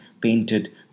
painted